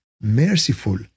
merciful